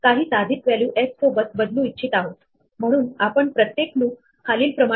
आपण पायथन साठीचे data structure array and list ने सुरुवात करू साधारणपणे ते मूल्यांचा क्रम असतात